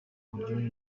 uburyohe